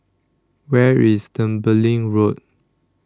Where IS Tembeling Road